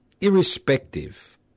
irrespective